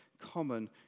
common